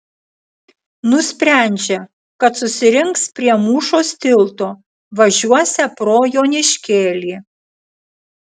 nusprendžia kad susirinks prie mūšos tilto važiuosią pro joniškėlį